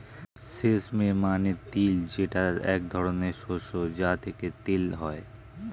sesame মানে তিল যেটা এক ধরনের শস্য যা থেকে তেল হয়